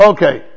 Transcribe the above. Okay